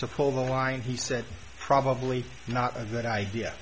to pull the line he said probably not a good idea